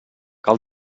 cal